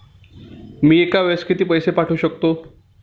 मी एका वेळेस किती पैसे पाठवू शकतो?